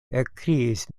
ekkriis